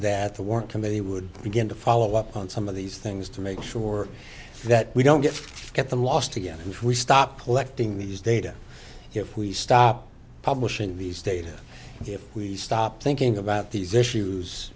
work committee would begin to follow up on some of these things to make sure that we don't get get them lost again which we stop collecting these data if we stop publishing these data if we stop thinking about these issues